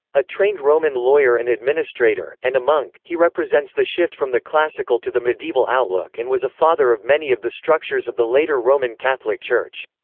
a trained roman lawyer and administrator, and a monk, he represents the shift from the classical to the medieval outlook and was a father of many of the structures of the later roman catholic church.